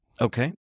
Okay